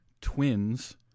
Twins